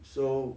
so